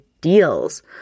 deals